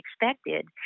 expected